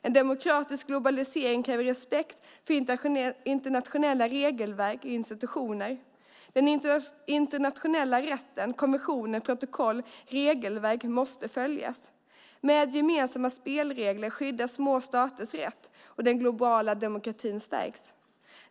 En demokratisk globalisering kräver respekt, internationella regelverk och institutioner. Den internationella rätten, konventioner, protokoll och regelverk måste följas. Med gemensamma spelregler skyddas små staters rätt, och den globala demokratin stärks.